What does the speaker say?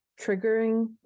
triggering